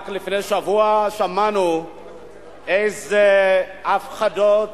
רק לפני שבוע שמענו איזה הפחדות